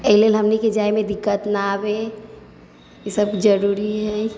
एहि लेल हमनिके जाइमे दिक्कत नहि आबै ई सब जरुरी है